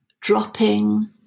dropping